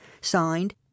Signed